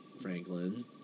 Franklin